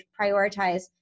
prioritize